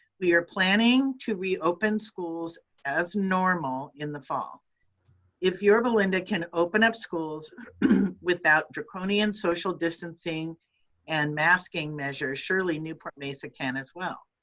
we are planning to reopen schools as normal in the fall if yorba linda can open up schools without draconian social distancing and masking measures, surely newport-mesa can as well.